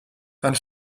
dann